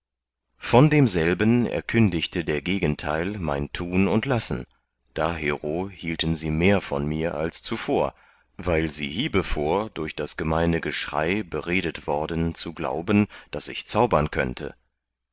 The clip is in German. von demselben erkündigte der gegenteil mein tun und lassen dahero hielten sie mehr von mir als zuvor weil sie hiebevor durch das gemeine geschrei beredet worden zu glauben daß ich zaubern könnte